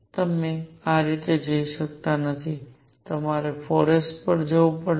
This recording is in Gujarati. તમે આ રીતે જઈ શકતા નથી તમારે 4 s પર જવું પડશે